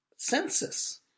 Census